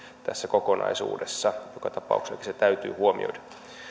tässä kokonaisuudessa joka tapauksessa niin että se täytyy huomioida